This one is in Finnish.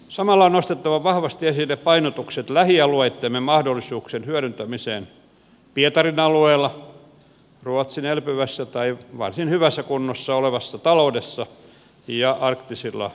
samalla on nostettava vahvasti esille painotukset lähialueittemme mahdollisuuksien hyödyntämiseen pietarin alueella ruotsin elpyvässä tai varsin hyvässä kunnossa olevassa taloudessa ja arktisilla alueilla